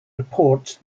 reports